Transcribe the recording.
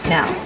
Now